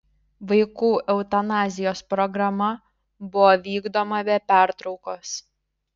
vaikų eutanazijos programa buvo vykdoma be pertraukos